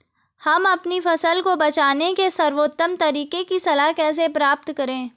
हम अपनी फसल को बचाने के सर्वोत्तम तरीके की सलाह कैसे प्राप्त करें?